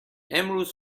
امروز